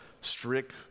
strict